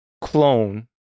clone